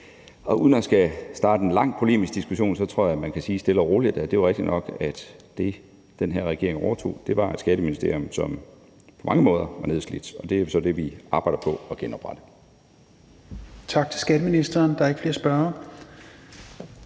at skulle starte en lang polemisk diskussion tror jeg, at man stille og roligt kan sige, at det jo er rigtigt nok, at det, den her regering overtog, var et skatteministerium, som på mange måder var nedslidt, og det er så det, vi arbejder på at genoprette. Kl. 21:29 Tredje næstformand (Rasmus Helveg